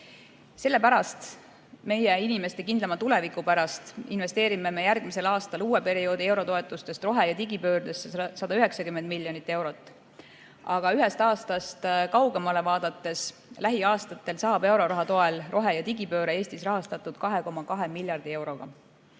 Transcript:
Selle pärast, meie inimeste kindlama tuleviku pärast investeerime me järgmisel aastal uue perioodi eurotoetustest rohe- ja digipöördesse 190 miljonit eurot. Aga kui ühest aastast kaugemale vaadata, siis lähiaastatel saab euroraha toel rohe- ja digipööre Eestis rahastatud 2,2 miljardi euroga.